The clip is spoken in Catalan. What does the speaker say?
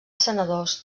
senadors